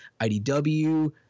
IDW